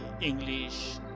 English